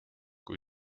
kui